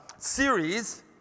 series